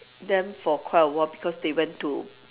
them for quite awhile because they went to